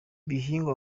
bihingwa